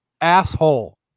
Asshole